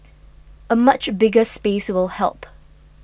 a much bigger space will help